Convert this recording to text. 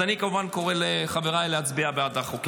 אני כמובן קורא לחבריי להצביע בעד החוקים.